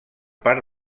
part